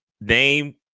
name